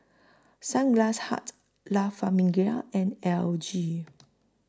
Sunglass Hut La Famiglia and L G